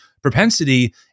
propensity